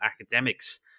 academics